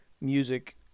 music